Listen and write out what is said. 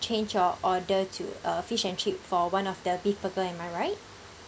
change your order to uh fish and chip for one of the beef burger am I right